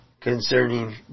concerning